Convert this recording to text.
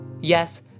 Yes